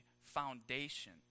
foundation